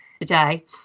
today